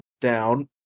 down